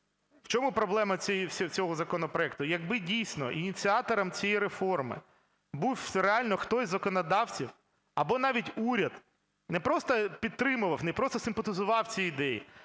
В чому проблема цього законопроекту? Якби, дійсно, ініціатором цієї реформи був реально хтось із законодавців або навіть уряд, не просто підтримував, не просто симпатизував цій ідеї,